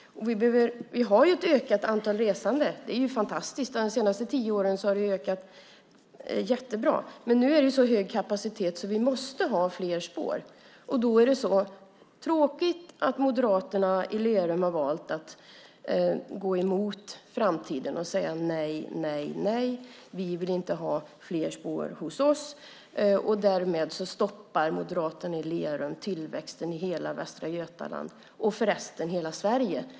Vi har ett ökat antal resande, vilket är fantastiskt. De senaste tio åren har det ökat jättebra. Men nu är kapaciteten så hög att vi måste ha fler spår, och då är det tråkigt att moderaterna i Lerum har valt att gå emot framtiden och säga nej, nej, nej: Vi vill inte ha fler spår hos oss. Därmed stoppar moderaterna i Lerum tillväxten i hela Västra Götaland, och förresten i hela Sverige.